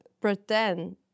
pretend